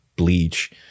bleach